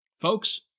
folks